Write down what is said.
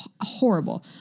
Horrible